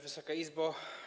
Wysoka Izbo!